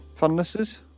funnesses